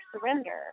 surrender